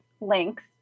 Links